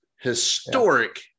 historic